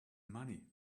money